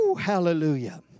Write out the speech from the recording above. hallelujah